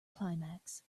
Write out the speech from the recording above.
climax